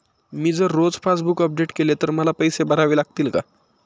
मी जर रोज passbook update केले तर मला पैसे भरावे लागतील का?